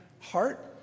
heart